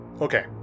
okay